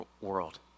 world